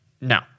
No